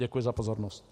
Děkuji za pozornost.